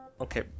Okay